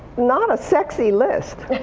not a sexy list.